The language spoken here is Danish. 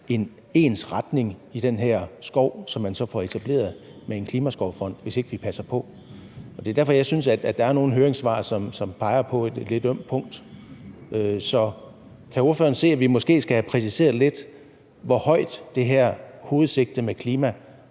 en ensretning af den skov, som man så får etableret med Klimaskovfonden. Det er derfor, jeg synes, at der er nogle af høringssvarene, som peger på et lidt ømt punkt. Kan ordføreren se, at vi måske skal have det præciseret, hvor tungt det her hovedsigte med klimaet